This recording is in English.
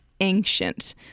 ancient